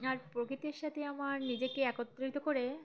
আর প্রকৃতির সাথে আমার নিজেকে একত্রিত করে